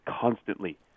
constantly